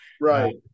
right